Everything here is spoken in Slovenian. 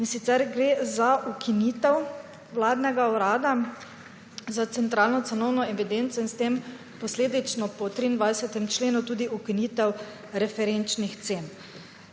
mudilo. Gre za ukinitev vladnega Urada za centralno cenovno evidenco in s tem posledično po 23. členu tudi ukinitev referenčnih cen.